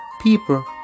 people